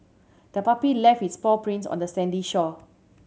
the puppy left its paw prints on the sandy shore